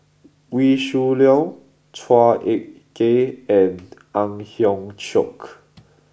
Wee Shoo Leong Chua Ek Kay and Ang Hiong Chiok